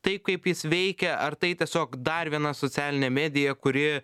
tai kaip jis veikia ar tai tiesiog dar viena socialinė medija kuri